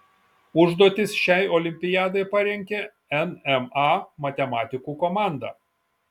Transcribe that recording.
užduotis šiai olimpiadai parengė nma matematikų komanda